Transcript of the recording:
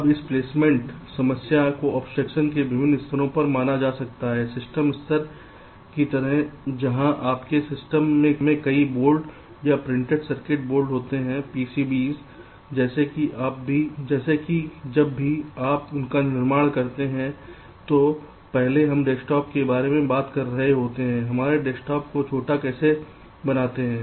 अब इस प्लेसमेंट समस्या को एब्स्ट्रक्शन के विभिन्न स्तरों पर माना जा सकता है सिस्टम स्तर की तरह जहां आपके सिस्टम में कई बोर्ड या प्रिंटेड सर्किट बोर्ड होते हैं PCBs जैसे कि जब भी आप उनका निर्माण करते हैं तो पहले हम डेस्कटॉप के बारे में बात कर रहे होते हैं हमारे डेस्कटॉप को छोटा कैसे बनाते हैं